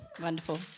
Wonderful